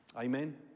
Amen